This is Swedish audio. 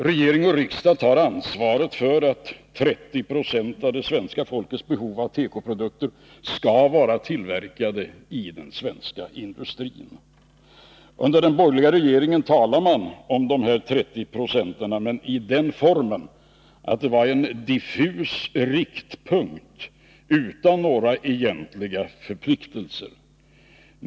Regering och riksdag tar ansvaret för att 30 0 av det svenska folkets behov av tekoprodukter skall komma från den svenska industrin. Under den borgerliga regeringsperioden talade man om dessa 30 26, men i den formen att det var en diffus riktpunkt utan några egentliga förpliktelser.